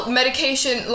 medication